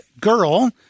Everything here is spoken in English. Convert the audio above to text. girl